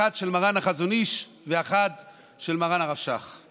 אחד של מרן החזון איש ואחד של מרן הרב שך.